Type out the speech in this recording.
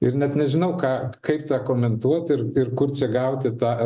ir net nežinau ką kaip tą komentuot ir ir kur čia gauti tą